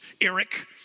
Eric